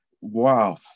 wow